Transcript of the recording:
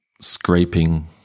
scraping